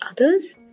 others